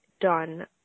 done